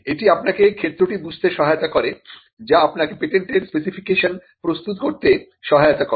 এটি আপনাকে ক্ষেত্রটি বুঝতে সহায়তা করে যা আপনাকে পেটেন্টের স্পেসিফিকেশন প্রস্তুত করতে সহায়তা করে